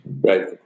right